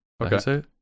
okay